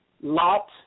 Lot